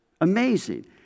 Amazing